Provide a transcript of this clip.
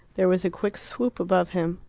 there was a quick swoop above him,